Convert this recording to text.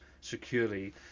securely